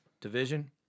division